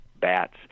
bats